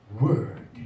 word